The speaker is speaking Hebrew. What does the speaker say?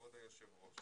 כבוד היושב ראש,